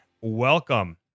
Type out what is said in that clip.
welcome